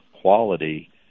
quality